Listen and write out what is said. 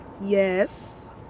Yes